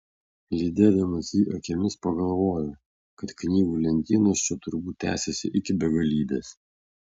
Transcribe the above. lydėdamas jį akimis pagalvojau kad knygų lentynos čia turbūt tęsiasi iki begalybės